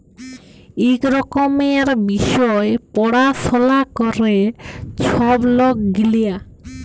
ইক রকমের বিষয় পাড়াশলা ক্যরে ছব লক গিলা